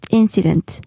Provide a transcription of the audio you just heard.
incident